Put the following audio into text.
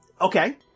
Okay